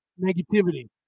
negativity